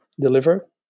deliver